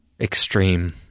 extreme